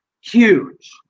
huge